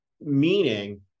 Meaning